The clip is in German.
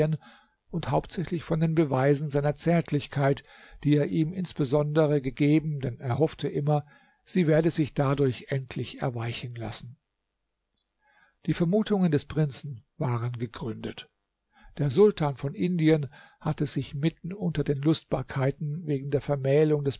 und hauptsächlich von den beweisen seiner zärtlichkeit die er ihm insbesondere gegeben denn er hoffte immer sie werde sich dadurch endlich erweichen lassen die vermutungen des prinzen waren gegründet der sultan von indien hatte sich mitten unter den lustbarkeiten wegen der vermählung des